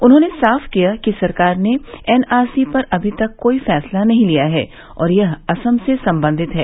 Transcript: उन्होंने साफ किया कि सरकार ने एनआरसी पर अभी तक कोई फैसला नहीं किया है और यह असम से संबंधित है